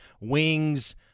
wings